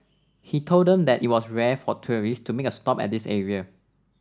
he told them that it was rare for tourists to make a stop at this area